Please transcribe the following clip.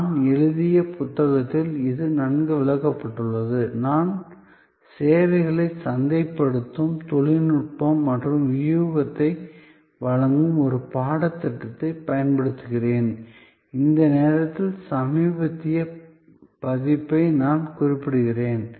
நான் எழுதிய புத்தகத்தில் இது நன்கு விளக்கப்பட்டுள்ளது நான் சேவைகளை சந்தைப்படுத்தும் தொழில்நுட்பம் மற்றும் வியூகத்தை வழங்கும் ஒரு பாடத்திட்டத்தைப் பயன்படுத்துகிறேன் இந்த நேரத்தில் சமீபத்திய பதிப்பை நான் குறிப்பிடுகிறேன்